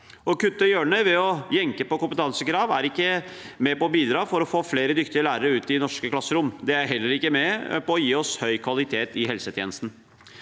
Å kutte hjørnene ved å jenke på kompetansekrav er ikke med på å bidra til å få flere dyktige lærere ut i norske klasserom. Det er heller ikke med på å gi oss høy kvalitet i helsetjenesten.